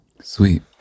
Sweet